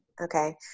Okay